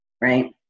right